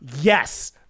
Yes